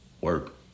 work